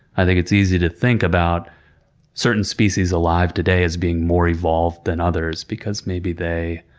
i think it's easy to think about certain species alive today as being more evolved than others because maybe they